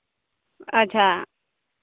ᱟᱪᱪᱷᱟ